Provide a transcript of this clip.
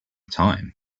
time